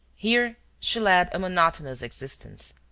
here she led a monotonous existence,